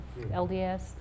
LDS